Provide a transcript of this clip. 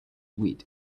wheat